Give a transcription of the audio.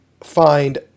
find